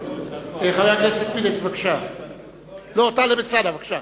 חבר הכנסת טלב אלסאנע, בבקשה,